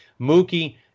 Mookie